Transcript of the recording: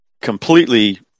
completely